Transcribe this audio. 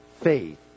faith